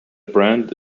brand